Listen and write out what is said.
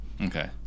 okay